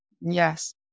Yes